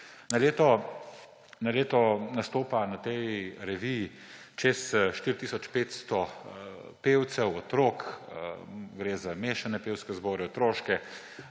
Na leto nastopa na tej reviji več kot 4 tisoč 500 pevcev, otrok, gre za mešane pevske zbora, otroške,